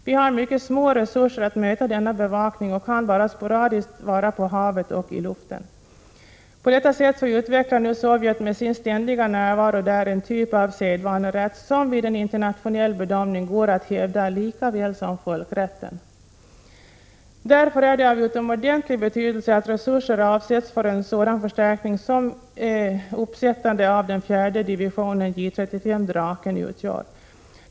Vi har mycket små resurser att möta denna bevakning och kan bara sporadiskt vara på havet och iluften. På detta sätt utvecklar nu Sovjet med sin ständiga närvaro där en typ av sedvanerätt som vid en internationell bedömning går att hävda lika väl som folkrätten. Därför är det av utomordentlig betydelse att resurser avsätts för en sådan förstärkning som uppsättande av en fjärde divison J 35 Draken utgör.